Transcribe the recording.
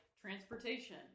transportation